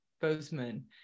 Bozeman